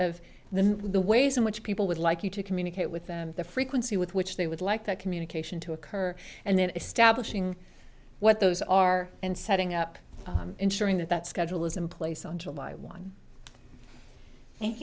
of the ways in which people would like you to communicate with them the frequency with which they would like that communication to occur and then establishing what those are and setting up ensuring that that schedule is in place on july one